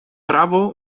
prawo